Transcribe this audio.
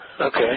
Okay